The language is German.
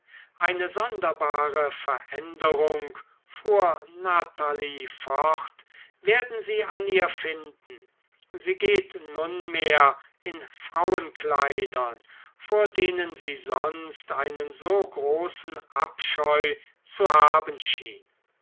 eine sonderbare veränderung fuhr natalie fort werden sie an ihr finden sie geht nunmehr in frauenkleidern vor denen sie sonst einen so großen abscheu zu haben schien